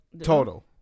Total